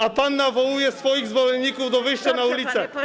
A pan nawołuje swoich zwolenników do wyjścia na ulicę.